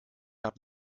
habe